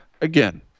again